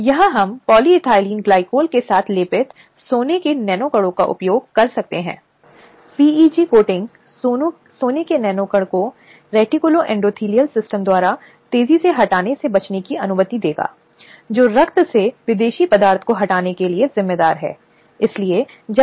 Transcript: इस अंतरिम उपायों में वह अपनी निश्चित छुट्टी के लिए कह सकती है कि उसे छुट्टी पर रहने की अनुमति दी जा सकती है क्योंकि वह जांच जारी रखने के दौरान जारी रखने के लिए काम नहीं कर सकती है